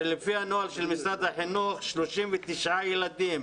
הרי לפי הנוהל של משרד החינוך, 39 ילדים